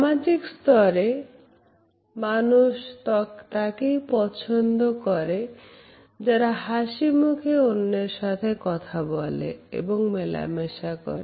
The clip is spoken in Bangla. সামাজিক স্তরে মানুষ তাকেই পছন্দ করে যারা হাসিমুখে অন্যের সাথে কথা বলে এবং মেলামেশা করে